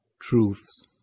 truths